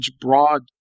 broad